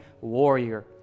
warrior